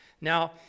Now